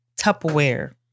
Tupperware